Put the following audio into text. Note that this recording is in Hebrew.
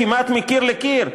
כמעט מקיר לקיר,